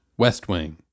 westwing